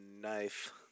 knife